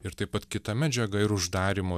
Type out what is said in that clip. ir taip pat kita medžiaga ir uždarymo